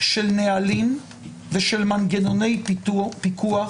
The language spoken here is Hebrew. של נהלים ושל מנגנוני פיקוח,